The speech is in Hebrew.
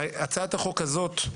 הצעת החוק הזאת,